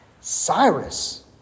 Cyrus